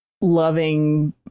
loving